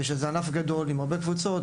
עם הרבה קבוצות,